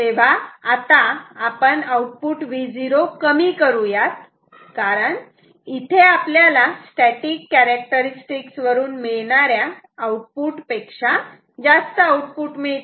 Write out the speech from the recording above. तेव्हा आता आपण आउटपुट Vo कमी करूयात कारण इथे आपल्याला स्टॅटिक कॅरेक्टरस्टिक्स वरून मिळणाऱ्या आउटपुट पेक्षा जास्त आउटपुट मिळते